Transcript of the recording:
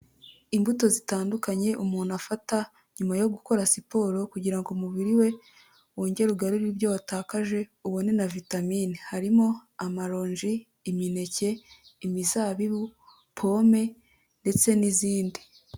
Imbuto zitandukanye umuntu afata nyuma yo gukora siporo kugira ngo umubiri we wongere ugarure ibyo watakaje ubone na vitamine, harimo amaronji, imineke, imizabibu, pome ndetse n'izindi.